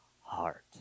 heart